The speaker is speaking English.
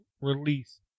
release